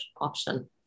option